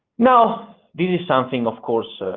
now this is something, of course,